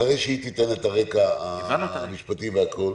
אחרי שהיא תיתן את הרקע המשפטי והכול,